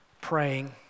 praying